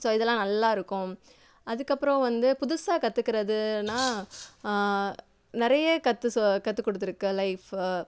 so இதெலாம் நல்லா இருக்கும் அதுக்கப்புறம் வந்து புதுசாக கற்றுக்கிறதுனா நிறைய கற்று சொ கற்றுக் கொடுத்துருக்கு லைஃப்பு